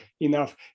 enough